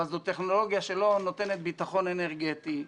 זאת טכנולוגיה שלא נותנת ביטחון אנרגטי,